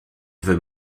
veut